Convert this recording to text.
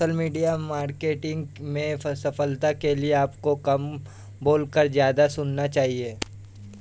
social media marketing में सफलता के लिए आपको कम बोलकर ज्यादा सुनना चाहिए